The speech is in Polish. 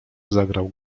zagrał